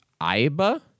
Iba